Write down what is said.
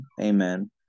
Amen